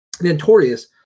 notorious